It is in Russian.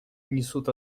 несут